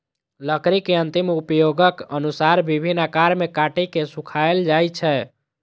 लकड़ी के अंतिम उपयोगक अनुसार विभिन्न आकार मे काटि के सुखाएल जाइ छै